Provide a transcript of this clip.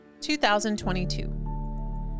2022